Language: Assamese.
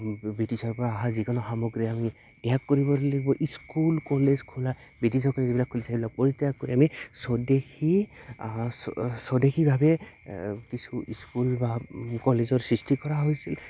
ব্ৰিটিছৰ পৰা অহা যিকোনো সামগ্ৰী আমি ত্যাগ কৰিব লাগিব স্কুল কলেজ খোলা ব্ৰিটিছে যিবিলাক খুলিছে সেইবিলাক পৰিত্যাগ কৰি আমি স্বদেশী স্বদেশীভাৱে কিছু স্কুল বা কলেজৰ সৃষ্টি কৰা হৈছিল